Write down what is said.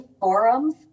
forums